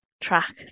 track